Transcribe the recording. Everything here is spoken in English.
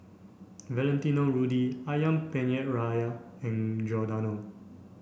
Valentino Rudy Ayam Penyet Ria and Giordano